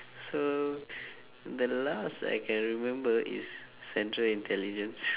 so the last I can remember is central intelligence